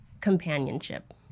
companionship